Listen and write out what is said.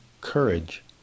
courage